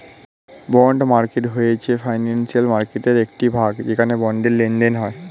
bond market হয়েছে financial মার্কেটয়ের একটি ভাগ যেখানে বন্ডের লেনদেন হয়